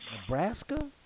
Nebraska